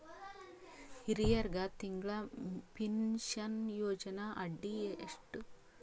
ಹಿರಿಯರಗ ತಿಂಗಳ ಪೀನಷನಯೋಜನ ಅಡಿ ಎಷ್ಟ ರೊಕ್ಕ ಕೊಡತಾರ?